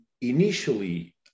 initially